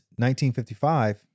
1955